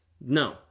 No